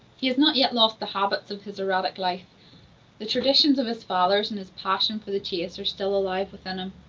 he has not yet lost the habits of his erratic life the traditions of his fathers and his passion for the chase are still alive within him.